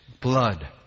blood